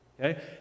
okay